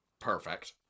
perfect